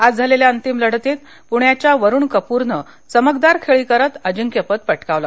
आज झालेल्या अंतिम लढतीत पुण्याच्या वरुण कपूरनं चमकदार खेळी करत अजिंक्यपद पटकावलं